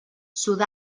sud